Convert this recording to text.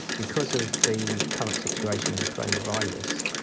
because of the current situation with the coronavirus,